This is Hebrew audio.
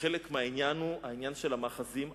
וחלק מהעניין הוא המאחזים הבלתי-חוקיים,